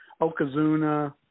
Okazuna